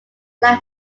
land